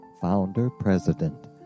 founder-president